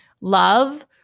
love